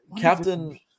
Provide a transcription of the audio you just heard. Captain